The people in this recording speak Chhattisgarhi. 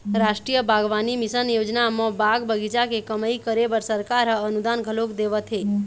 रास्टीय बागबानी मिसन योजना म बाग बगीचा के कमई करे बर सरकार ह अनुदान घलोक देवत हे